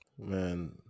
Man